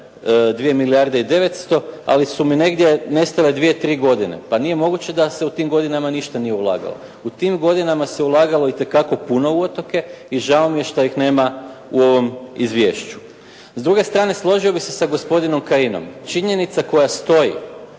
2 milijarde i 900, ali su mi negdje nestale dvije, tri godine, pa nije moguće da se u tim godinama nije ništa ulagalo. U tim godinama se ulagalo itekako puno u otoke i žao mi je što ih nema u ovom izvješću. S druge strane složio bih se sa gospodinom Kajinom. Činjenica koja stoji